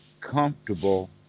comfortable